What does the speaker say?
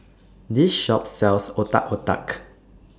This Shop sells Otak Otak